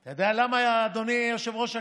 אתה יודע למה, אדוני יושב-ראש הכנסת?